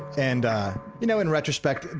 and you know in retrospect,